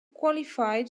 qualified